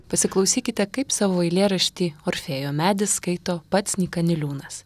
pasiklausykite kaip savo eilėraštį orfėjo medis skaito pats nyka niliūnas